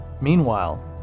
Meanwhile